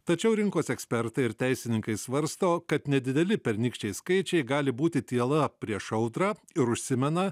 tačiau rinkos ekspertai ir teisininkai svarsto kad nedideli pernykščiai skaičiai gali būti tyla prieš audrą ir užsimena